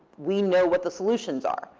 we know what the solutions are.